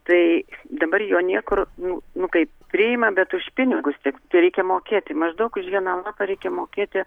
tai dabar jo niekur nu nu kaip priima bet už pinigus tik tai reikia mokėti maždaug už vieną lapą reikia mokėti